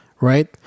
right